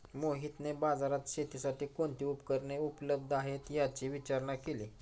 मोहितने बाजारात शेतीसाठी कोणती उपकरणे उपलब्ध आहेत, याची विचारणा केली